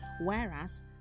whereas